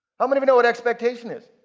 how many even know what expectation is?